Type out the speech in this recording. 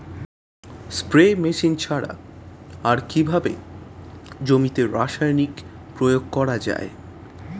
Spray machine ছাড়া আর কিভাবে জমিতে রাসায়নিক প্রয়োগ করা যায়?